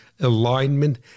alignment